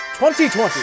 2020